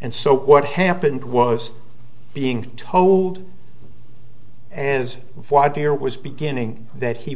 and so what happened was being told and is why there was beginning that he